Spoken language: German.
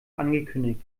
angekündigt